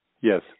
Yes